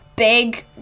big